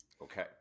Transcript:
Okay